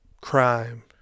Crime